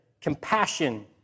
Compassion